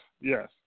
Yes